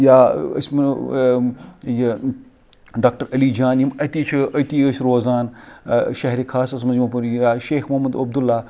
یا أسۍ وَنو یہِ ڈاکٹَر علی جان یِم أتی چھِ أتی ٲسۍ روزان شہرِ خاصَس منٛز یا شیخ محمد عبدُاللّٰہ